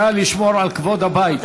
נא לשמור על כבוד הבית.